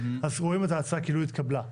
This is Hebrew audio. אז רואים את ההצעה כאילו היא התקבלה.